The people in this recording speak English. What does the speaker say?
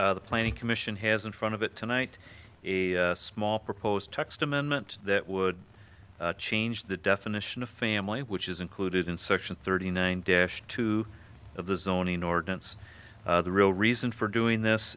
or the planning commission has in front of it tonight a small proposed text amendment that would change the definition of family which is included in section thirty nine dish two of the zoning ordinance the real reason for doing this